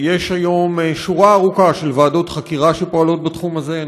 יש היום שורה ארוכה של ועדות חקירה שפועלות בתחום הזה.